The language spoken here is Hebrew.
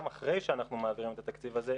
גם אחרי שאנחנו מעבירים את התקציב הזה,